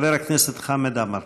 חבר הכנסת חמד עמאר.